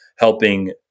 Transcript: helping